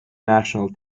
national